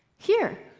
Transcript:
here,